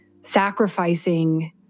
sacrificing